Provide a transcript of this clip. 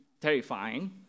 Terrifying